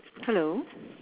hello